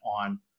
on